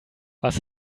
was